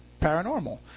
paranormal